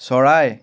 চৰাই